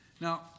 Now